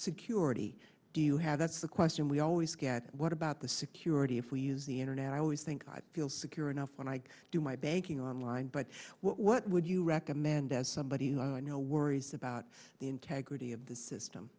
security do you have that's the question we all what about the security if we use the internet i always think i feel secure enough when i do my banking online but what would you recommend as somebody who i know worries about the integrity of the system